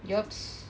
yups